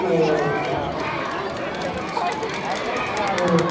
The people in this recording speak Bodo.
अह उम ओह